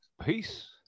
Peace